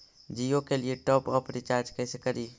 जियो के लिए top up recharge कैसे करी?